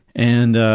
and